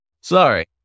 Sorry